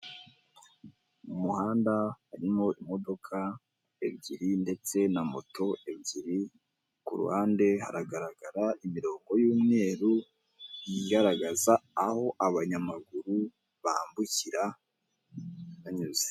Umuhanda urimo imodoka ebyiri ndetse na moto ebyiri, ku ruhande haragaragara imirongo y'umweru igaragaza aho abanyamaguru bambukira banyuze.